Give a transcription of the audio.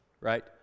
right